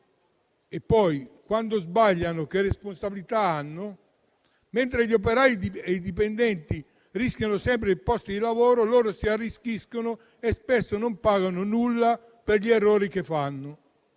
operai: quando sbagliano, che responsabilità hanno? Mentre gli operai e i dipendenti rischiano sempre il posto di lavoro, loro si arricchiscono e spesso non pagano nulla per gli errori che fanno.